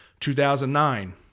2009